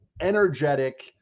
energetic